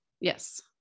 Yes